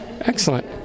Excellent